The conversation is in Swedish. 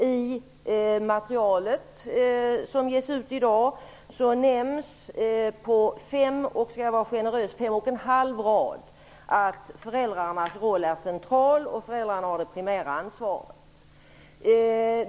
I materialet som ges ut i dag nämns på fem och en halv rad att föräldrarnas roll är central och att föräldrarna har det primära ansvaret.